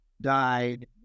died